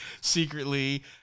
secretly